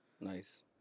Nice